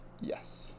Yes